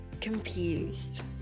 confused